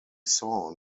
saw